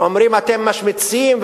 אומרים: אתם משמיצים,